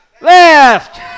Left